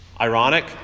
ironic